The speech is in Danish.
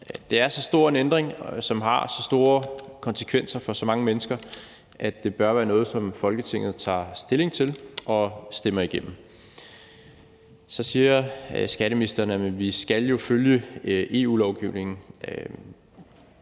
Det er så stor en ændring, som har så store konsekvenser for så mange mennesker, at det bør være noget, som Folketinget tager stilling til og stemmer igennem. Så siger skatteministeren, at vi jo skal følge EU-lovgivningen,